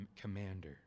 commander